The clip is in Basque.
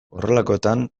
horrelakoetan